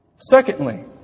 Secondly